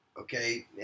Okay